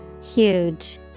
Huge